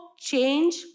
Change